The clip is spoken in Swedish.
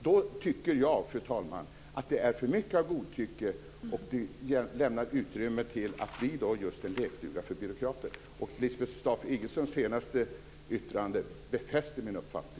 Då tycker jag, fru talman, att det är för mycket av godtycke och att det lämnar utrymme för att det blir en lekstuga för byråkrater. Lisbeth Staaf-Igelströms senaste yttrande befäster min uppfattning.